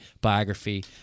biography